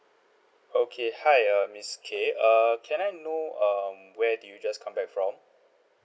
okay hi uh miss K err can I know um where did you just come back from